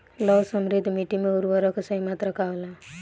लौह समृद्ध मिट्टी में उर्वरक के सही मात्रा का होला?